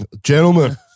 Gentlemen